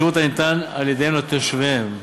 בשירות הניתן על-ידיהן לתושביהן.